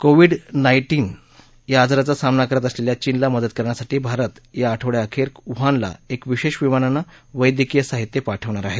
Covid नाईनाींन या आजाराचा सामना करत असलेल्या चीनला मदत करण्यासाठी भारत या आठवड्याअखेर वुहानला एका विशेष विमानानं वैद्यकीय साहित्य पाठवणार आहे